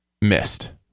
missed